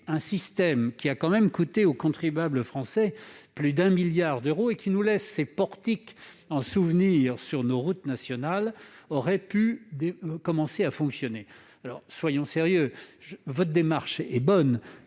un système qui a somme toute coûté au contribuable français plus d'un milliard d'euros et ne nous laisse pour tout souvenir que des portiques aurait pu commencer à fonctionner. Alors, soyons sérieux : votre démarche est bonne,